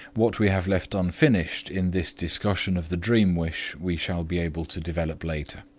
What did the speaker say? what we have left unfinished in this discussion of the dream-wish we shall be able to develop later.